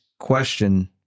question